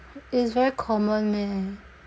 it is very common meh